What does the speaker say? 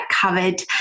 covered